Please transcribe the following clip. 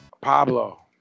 Pablo